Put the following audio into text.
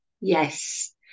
Yes